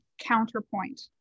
counterpoint